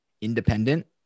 independent